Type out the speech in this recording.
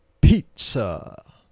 Pizza